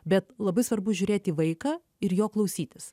bet labai svarbu žiūrėt į vaiką ir jo klausytis